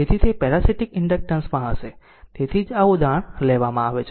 તેથી તે parasitic inductance માં હશે તેથી જ આ ઉદાહરણ લેવામાં આવે છે